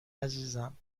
عزیزم